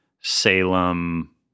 Salem